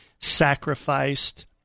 sacrificed